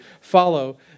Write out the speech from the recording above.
follow